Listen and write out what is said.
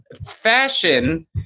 fashion